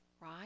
right